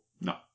No